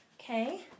okay